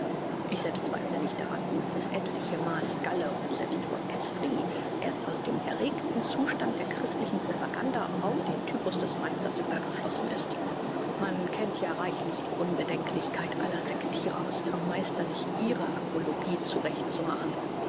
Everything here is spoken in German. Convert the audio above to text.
ich selber zweifle nicht daran daß das reichliche maaß galle und selbst von esprit erst aus dem erregten zustand der christlichen propaganda auf den typus des meisters übergeflossen ist man kennt ja reichlich die unbedenklichkeit aller sektirer aus ihrem meister sich ihre apologie